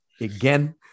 again